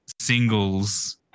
singles